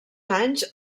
anys